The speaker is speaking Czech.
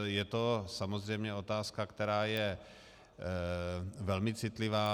Je to samozřejmě otázka, která je velmi citlivá.